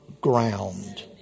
ground